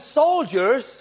soldiers